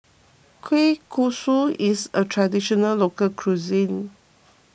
Kueh Kosui is a Traditional Local Cuisine